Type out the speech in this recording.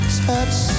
touch